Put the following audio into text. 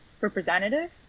representative